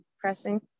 pressing